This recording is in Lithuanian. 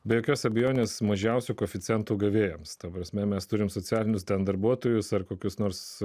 be jokios abejonės mažiausių koeficientų gavėjams ta prasme mes turime socialinius ten darbuotojus ar kokius nors